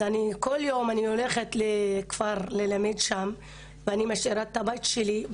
כל יום כשאני הולכת לכפר ללמד שם אני משאירה את הבית שלי,